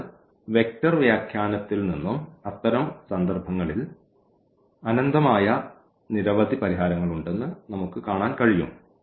അതിനാൽ വെക്റ്റർ വ്യാഖ്യാനത്തിൽ നിന്നും അത്തരം സന്ദർഭങ്ങളിൽ അനന്തമായ നിരവധി പരിഹാരങ്ങൾ ഉണ്ടെന്ന് നമുക്ക് കാണാൻ കഴിയും